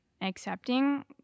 accepting